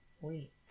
week